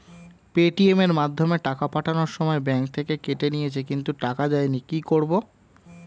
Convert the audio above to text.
Paytm এর মাধ্যমে টাকা পাঠানোর সময় ব্যাংক থেকে কেটে নিয়েছে কিন্তু টাকা যায়নি কি করব?